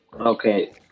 okay